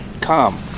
Come